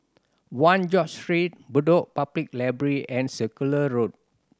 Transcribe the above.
One George Street Bedok Public Library and Circular Road